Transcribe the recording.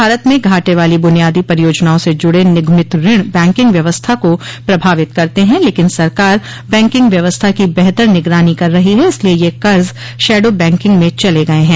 भारत में घाटे वाली बुनियादी परियोजनाओं से जुड़े निगमित ऋण बैंकिंग व्यवस्था को प्रभावित करते हैं लेकिन सरकार बैंकिंग व्यवस्था की बेहतर निगरानी कर रही है इसलिए ये कर्ज शैडो बैंकिंग में चले गए हैं